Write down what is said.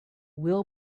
will